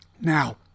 Now